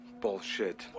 Bullshit